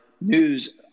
news